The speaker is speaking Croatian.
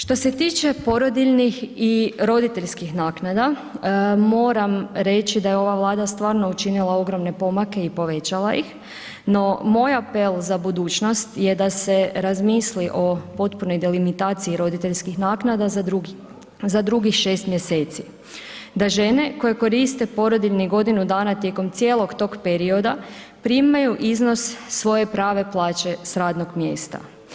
Što se tiče porodiljnih i roditeljskih naknada, moram reći da je ova Vlada stvarno učinila ogromne pomake i povećala ih no moja apel za budućnost je da se razmisli o potpunoj delimitaciji roditeljskih naknada za drugih 6 mj., da žene koje koriste porodiljni godinu dana tijekom cijelog tog perioda, primaju iznos svoje prave plaće s radnog mjesta.